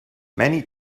many